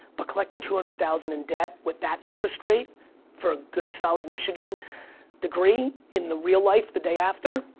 but collecting two hundred thousand in debt with that interest rate for a good, solid michigan degree in the real life, the day after.